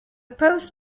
post